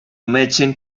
matching